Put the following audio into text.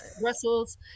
Brussels